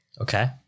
Okay